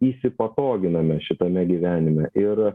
įsipatoginame šitame gyvenime ir